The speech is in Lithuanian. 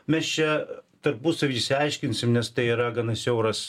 mes čia tarpusavy išsiaiškinsim nes tai yra gana siauras